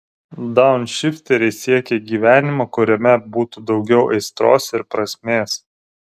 daunšifteriai siekia gyvenimo kuriame būtų daugiau aistros ir prasmės